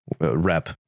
rep